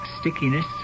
stickiness